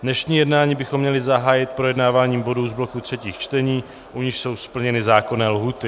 Dnešní jednání bychom měli zahájit projednáváním bodů z bloku třetích čtení, u nichž jsou splněny zákonné lhůty.